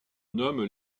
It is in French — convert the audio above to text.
nomment